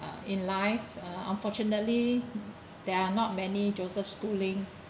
in life uh unfortunately there are not many joseph schooling